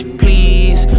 please